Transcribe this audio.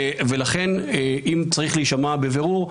ולכן אם צריך להישמע בבירור,